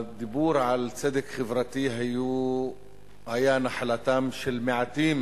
הדיבור על צדק חברתי היה נחלתם של מעטים,